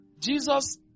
Jesus